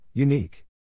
Unique